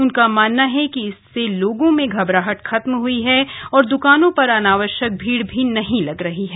उनका मानना है कि इससे लोगों में घबराहट खत्म हुई है और द कानों पर अनावश्यक भीड़ भी नही लग रही है